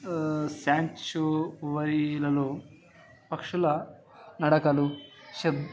శాంచువైలలో పక్షుల నడకలు శబ్